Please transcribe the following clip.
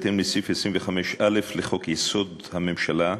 בהתאם לסעיף 25(א) לחוק-יסוד: הממשלה,